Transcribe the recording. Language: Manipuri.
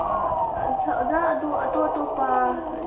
ꯑꯥ ꯑꯣꯖꯥ ꯑꯗꯣ ꯑꯇꯣꯞ ꯑꯇꯣꯞꯄ